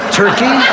turkey